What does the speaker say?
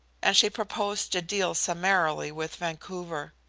and she proposed to deal summarily with vancouver.